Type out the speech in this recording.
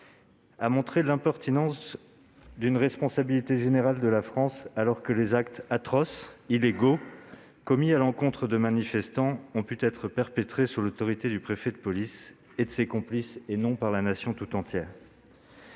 a montré que l'idée d'une responsabilité générale de la France n'était pas pertinente. En effet, les actes atroces, illégaux, commis à l'encontre des manifestants ont été perpétrés sous l'autorité du préfet de police et de ses complices, et non par la Nation tout entière.